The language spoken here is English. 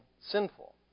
sinful